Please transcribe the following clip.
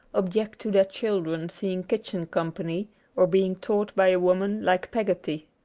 object to their children seeing kitchen company or being taught by a woman like peggotty.